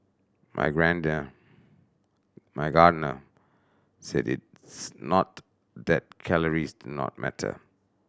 my my Gardner said it's not that calories do not matter